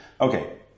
Okay